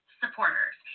supporters